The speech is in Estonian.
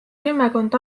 kümmekond